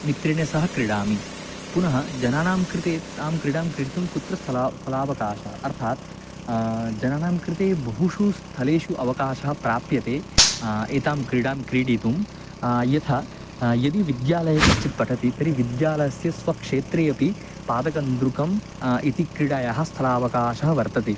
मित्रेण सह क्रीडामि पुनः जनानां कृते तां क्रीडां क्रीडितुं कुत्र स्थलं स्थलावकाशः अर्थात् जनानां कृते बहुषु स्थलेषु अवकाशः प्राप्यते एतां क्रीडां क्रीडितुं यथा यदि विद्यालये कश्चित् पठति तर्हि विद्यालस्य स्वक्षेत्रे अपि पादकन्दुकं इति क्रिडायाः स्थलावकाशः वर्तते